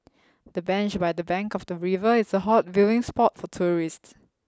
the bench by the bank of the river is a hot viewing spot for tourists